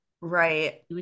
right